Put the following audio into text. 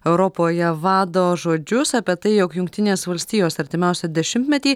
europoje vado žodžius apie tai jog jungtinės valstijos artimiausią dešimtmetį